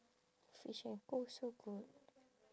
Fish & Co. also good